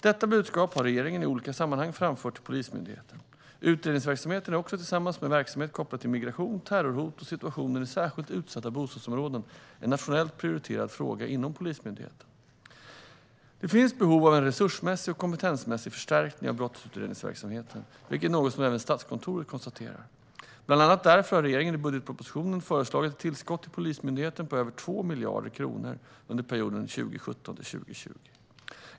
Detta budskap har regeringen i olika sammanhang framfört till Polismyndigheten. Utredningsverksamheten är också, tillsammans med verksamhet kopplad till migration, terrorhot och situationen i särskilt utsatta bostadsområden, en nationellt prioriterad fråga inom Polismyndigheten. Det finns behov av en resursmässig och kompetensmässig förstärkning av brottsutredningsverksamheten, vilket är något som även Statskontoret konstaterar. Bland annat därför har regeringen i budgetpropositionen föreslagit ett tillskott till Polismyndigheten på över 2 miljarder kronor under perioden 2017-2020.